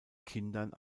kindern